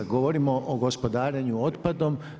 Govorimo o gospodarenju otpadom.